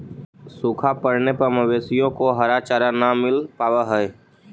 सूखा पड़ने पर मवेशियों को हरा चारा न मिल पावा हई